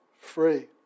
free